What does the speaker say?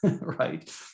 Right